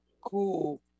cool